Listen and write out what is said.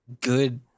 good